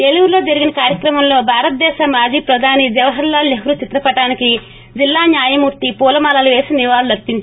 ఏలూరులో జరిగిన కార్యక్రమంలో భారత దేశ మాజీ ప్రధానమంత్రి జవహర్ లాల్ నెహ్రూ చిత్ర పటానికి జిల్లా న్యాయ మూర్తి పూల మాలలు పేసి నివాళులర్పించారు